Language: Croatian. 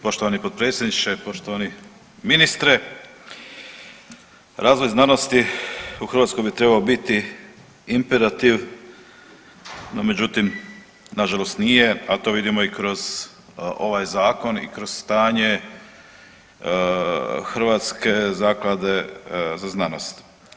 Poštovani potpredsjedniče, poštovani ministre, razvoj znanosti u Hrvatskoj bi trebao biti imperativ, no međutim nažalost nije, a to vidimo i kroz ovaj zakon i kroz stanje Hrvatske zaklade za znanost.